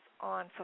on